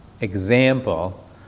example